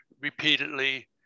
repeatedly